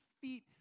feet